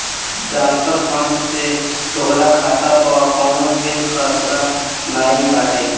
transfer fund से तोहार खाता पअ कवनो ढेर खतरा नाइ बाटे